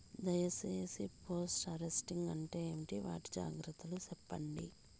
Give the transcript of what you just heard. దయ సేసి post harvesting అంటే ఏంటి? వాటి జాగ్రత్తలు సెప్పండి?